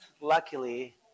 luckily